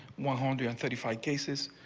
one hundred and thirty five cases,